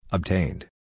Obtained